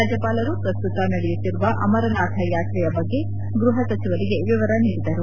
ರಾಜ್ಯಪಾಲರು ಪ್ರಸ್ತುತ ನಡೆಯುತ್ತಿರುವ ಅಮರನಾಥ ಯಾತ್ರೆಯ ಬಗ್ಗೆ ಗ್ವಹ ಸಚಿವರಿಗೆ ವಿವರ ನೀಡಿದರು